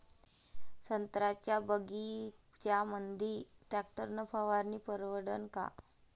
संत्र्याच्या बगीच्यामंदी टॅक्टर न फवारनी परवडन का?